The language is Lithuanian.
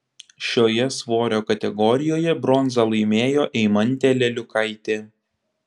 šioje svorio kategorijoje bronzą laimėjo eimantė leliukaitė